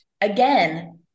again